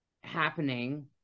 happening